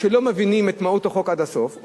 שלא מבינים את מהות החוק עד הסוף,